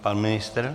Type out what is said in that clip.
Pan ministr?